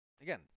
again